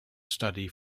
study